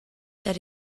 that